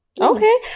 Okay